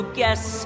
guess